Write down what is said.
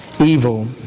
evil